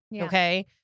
Okay